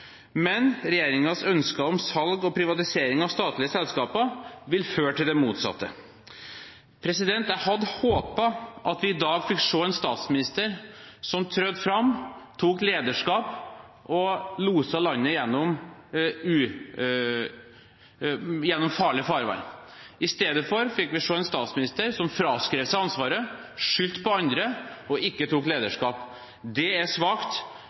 men regjeringens ønsker om salg og privatisering av statlige selskaper vil føre til det motsatte. Jeg hadde håpet at vi i dag fikk se en statsminister som trådte fram, tok lederskap og loset landet gjennom farlig farvann. I stedet fikk vi se en statsminister som fraskrev seg ansvaret, skyldte på andre og ikke tok lederskap. Det er svakt